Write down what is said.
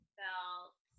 felt